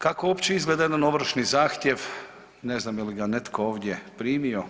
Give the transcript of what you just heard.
Kako uopće izgleda jedan ovršni zahtjev, ne znam je li ga netko ovdje primio.